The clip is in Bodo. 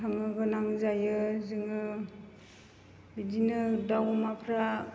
खांनो गोनां जायो जोङो बिदिनो दाउ अमाफोरा